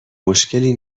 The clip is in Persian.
مشکلی